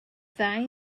ddu